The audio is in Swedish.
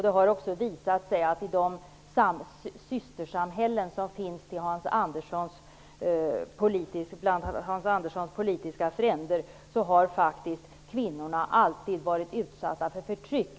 Det har också visat sig att i de systersamhällen som finns bland Hans Anderssons politiska fränder har kvinnorna alltid varit utsatta för förtryck.